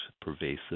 pervasive